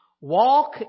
walk